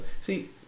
see